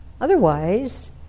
Otherwise